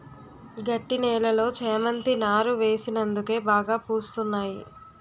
గట్టి నేలలో చేమంతి నారు వేసినందుకే బాగా పూస్తున్నాయి